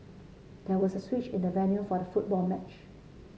there was a switch in the venue for the football match